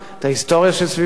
את ההיסטוריה שסביבו,